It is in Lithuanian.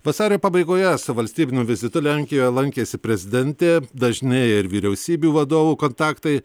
vasario pabaigoje su valstybiniu vizitu lenkijoje lankėsi prezidentė dažnėja ir vyriausybių vadovų kontaktai